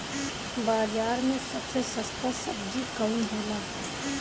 बाजार मे सबसे सस्ता सबजी कौन होला?